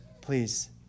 please